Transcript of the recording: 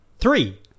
Three